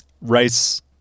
Rice